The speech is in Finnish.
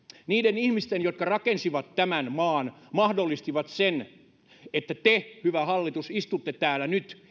niiden ihmisten jotka rakensivat tämän maan ja mahdollistivat sen että te hyvä hallitus istutte täällä nyt